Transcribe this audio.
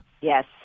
Yes